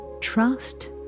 trust